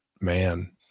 man